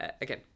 Again